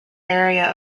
area